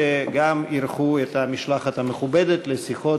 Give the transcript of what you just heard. שגם אירחו את המשלחת המכובדת לשיחות